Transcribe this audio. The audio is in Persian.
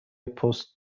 پست